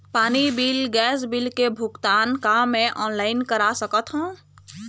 पानी bill gas bill के भुगतान का मैं ऑनलाइन करा सकथों?